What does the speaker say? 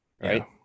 Right